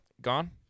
gone